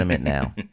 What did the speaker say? now